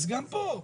אז גם פה.